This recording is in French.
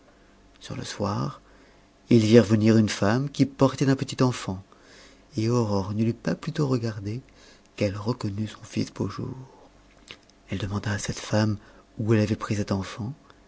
sur le soir ils virent venir une femme qui portait un petit enfant et aurore ne l'eut pas plutôt regardé qu'elle reconnut son fils beaujour elle demanda à cette femme où elle avait pris cet enfant